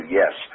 yes